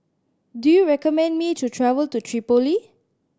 do you recommend me to travel to Tripoli